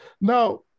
Now